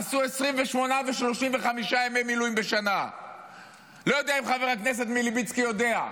עשו 28 ו-35 ימי מילואים אם חבר הכנסת מלביצקי יודע,